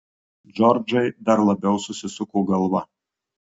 džordžai dar labiau susisuko galva